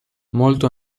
molto